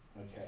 Okay